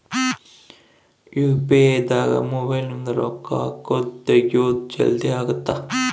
UPI ದಾಗ mobile ನಿಂದ ರೊಕ್ಕ ಹಕೊದ್ ತೆಗಿಯೊದ್ ಜಲ್ದೀ ಅಗುತ್ತ